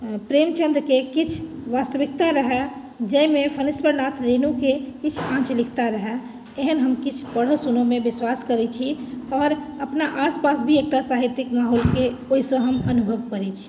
प्रेमचन्द्रके किछु वास्तविकता रहए जाहिमे फणीश्वर नाथ रेणुके किछु आँचलिकता रहए एहन हम किछु पढ़य सुनय मे विश्वास करैत छी आओर अपना आस पास भी एकटा साहित्यिक माहौलके ओहिसँ हम अनुभव करैत छी